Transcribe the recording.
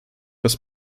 his